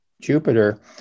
Jupiter